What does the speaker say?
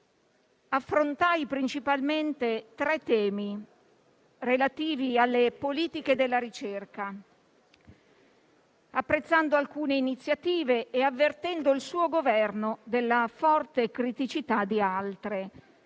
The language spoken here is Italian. affrontai principalmente tre temi, relativi alle politiche della ricerca, apprezzando alcune iniziative e avvertendo il suo Governo della forte criticità di altre.